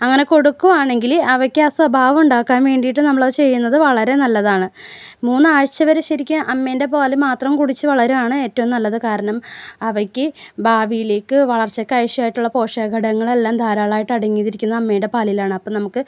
അങ്ങനെ കൊടുക്കുവാണെങ്കില് അവയ്ക്ക് ആ സ്വഭാവം ഉണ്ടാക്കാൻ വേണ്ടിയിട്ട് നമ്മളത് ചെയ്യുന്നത് വളരെ നല്ലതാണ് മൂന്നാഴ്ച്ചവരെ ശരിക്ക് അമ്മേൻ്റെ പാല് മാത്രം കുടിച്ച് വളരുകയാണ് ഏറ്റവും നല്ലത് കാരണം അവയ്ക്ക് ഭാവിയിലേക് വളർച്ചക്കാവിശ്യമായിട്ടുള്ള പോഷക ഘടകങ്ങളെല്ലാം ധാരാളമായിട്ട് അടങ്ങിയിരിക്കുന്നത് അമ്മയുടെ പാലിലാണ് അപ്പം നമുക്ക്